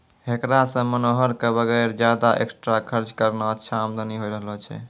हेकरा सॅ मनोहर कॅ वगैर ज्यादा एक्स्ट्रा खर्च करनॅ अच्छा आमदनी होय रहलो छै